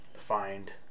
find